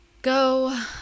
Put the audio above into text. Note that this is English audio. Go